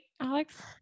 Alex